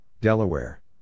Delaware